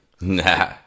nah